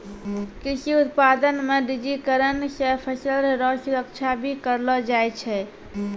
कृषि उत्पादन मे डिजिटिकरण से फसल रो सुरक्षा भी करलो जाय छै